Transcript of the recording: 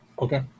Okay